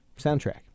soundtrack